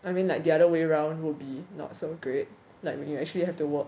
I mean like the other way round will be not so great like when you actually have to walk